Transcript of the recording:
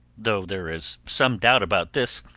though there is some doubt about this,